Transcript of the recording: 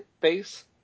base